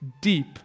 deep